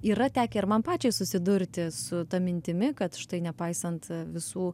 yra tekę ir man pačiai susidurti su ta mintimi kad štai nepaisant visų